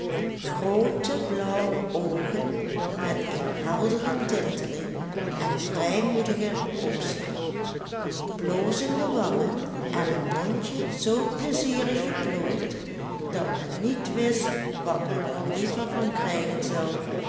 groote blauwe oogen met een heldere tinteling en vrijmoedigen opslag blozende wangen en een mondje zoo pleizierig geplooid dat men niet wist wat men er liever van krijgen zou